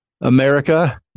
America